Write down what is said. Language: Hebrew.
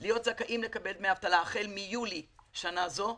להיות זכאים לקבל דמי אבטלה החל מיולי שנה זו,